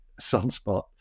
sunspot